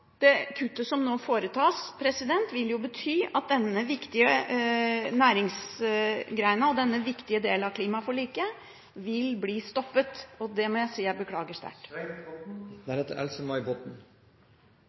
det kuttet som nå foretas, vil bety at denne viktige næringsgrenen og denne viktige delen av klimaforliket vil bli stoppet. Det må jeg si jeg beklager sterkt.